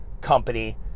Company